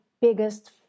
biggest